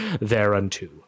thereunto